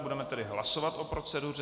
Budeme tedy hlasovat o proceduře.